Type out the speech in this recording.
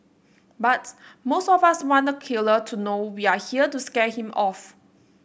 but most of us want the killer to know we are here to scare him off